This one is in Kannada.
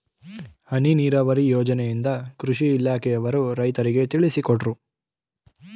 ಹನಿ ನೀರಾವರಿ ಯೋಜನೆಯಿಂದ ಕೃಷಿ ಇಲಾಖೆಯವರು ರೈತರಿಗೆ ತಿಳಿಸಿಕೊಟ್ಟರು